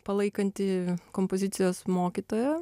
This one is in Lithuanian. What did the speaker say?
palaikantį kompozicijos mokytoją